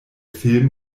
film